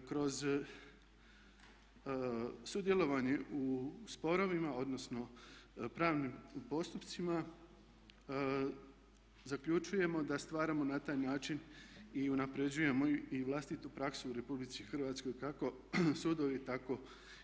Kroz sudjelovanje u sporovima, odnosno pravnim postupcima zaključujemo da stvaramo na taj način i unapređujemo i vlastitu praksu u Republici Hrvatskoj kako sudovi tako